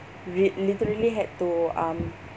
we literally had to um